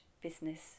Business